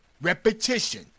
Repetition